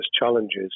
challenges